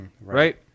Right